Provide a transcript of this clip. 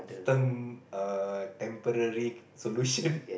term err temporary solution